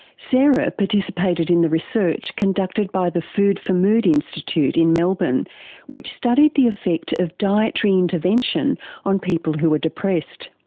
sarah participated in the research conducted by the food for mood institute in melbourne which studied the effect of dietary intervention on people who are depressed.